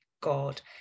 God